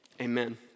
Amen